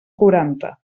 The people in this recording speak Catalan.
quaranta